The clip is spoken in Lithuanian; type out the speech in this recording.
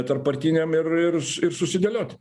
tarppartiniam ir ir ir susidėliot